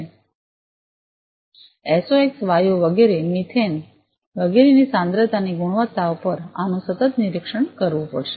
તો આ જુદી જુદી વાયુઓની હાનિકારક વાયુઓ જેમ કે એનઑએકસ એસઑએકસ વાયુઓવગેરે મિથેન વગેરે ની સાંદ્રતાની ગુણવત્તા પર આનું સતત નિરીક્ષણ કરવું પડશે